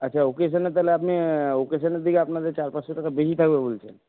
আচ্ছা অ্যকেশানে তাহলে আপনি অ্যকেশানের দিকে আপনাদের চার পাঁচশো টাকা বেশি থাকবে বলছেন